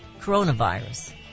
coronavirus